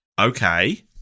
Okay